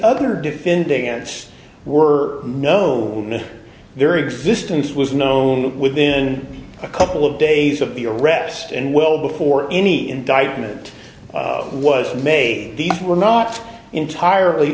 other defending acts were known to their existence was known within a couple of days of the arrest and well before any indictment was made a these were not entirely